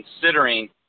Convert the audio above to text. considering